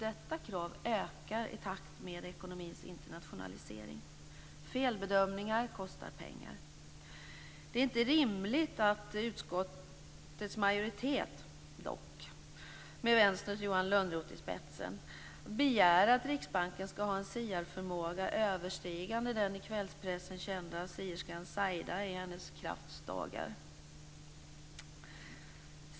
Detta krav ökar i takt med ekonomins internationalisering. Felbedömningar kostar pengar. Det är dock inte rimligt att, som utskottets majoritet med Vänsterns Johan Lönnroth i spetsen, begära att Riksbanken skall ha en siarförmåga överstigande den i kvällspressen kända sierskan Saidas i hennes krafts dagar.